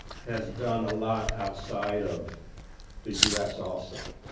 has done a lot outside of the u s, also.